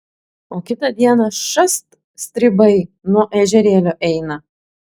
o kitą dieną šast stribai nuo ežerėlio eina